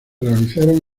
realizaron